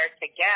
together